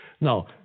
Now